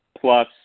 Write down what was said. plus